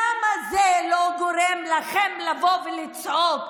למה זה לא גורם לכם לבוא ולצעוק?